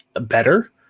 better